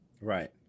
Right